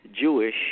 Jewish